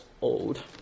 old